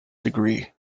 degree